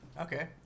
Okay